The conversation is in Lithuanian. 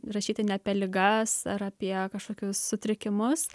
rašyti ne apie ligas ar apie kažkokius sutrikimus